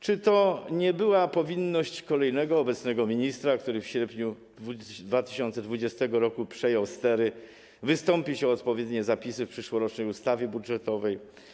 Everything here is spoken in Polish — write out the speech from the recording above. Czy to nie była powinność kolejnego, obecnego ministra, który w sierpniu 2020 r. przejął stery, by wystąpić o odpowiednie zapisy w przyszłorocznej ustawie budżetowej?